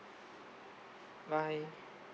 bye